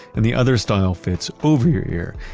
and the other style fits over your ear,